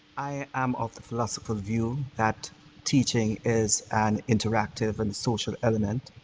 i am of the classical view that teaching is an interactive and social element,